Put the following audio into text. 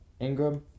Ingram